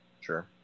Sure